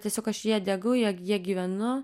tiesiog aš ja degu ja ja gyvenu